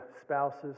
spouses